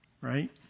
right